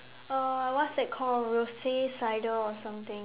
uh what's it called rose cider or something